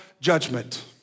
Judgment